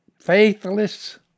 faithless